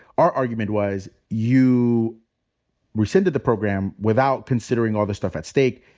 our argument was you rescinded the program without considering all the stuff at stake.